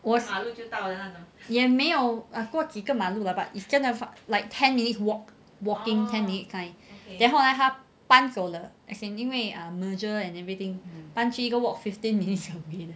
我也没有 err 过几个马路的 but it's 真的 like ten minutes walk walking ten minutes kind then after that 搬走了 as in 因为 a merger and everything 搬去一个 walk fifteen minutes away